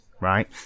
right